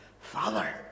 Father